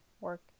work